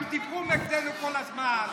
רק דיברו נגדנו כל הזמן.